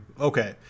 Okay